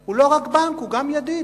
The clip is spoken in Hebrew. הוא לא רק בנק, הוא גם ידיד.